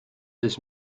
this